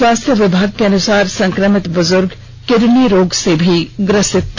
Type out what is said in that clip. स्वास्थ्य विभाग के अनुसार संक्रमित बुजुर्ग किडनी रोग से ग्रसित था